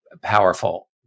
powerful